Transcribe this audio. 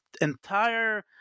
entire